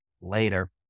Later